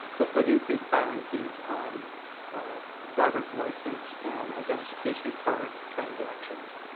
this would increase filing fees on drivers licenses and identification cards transactions.